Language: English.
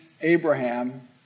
Abraham